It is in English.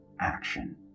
action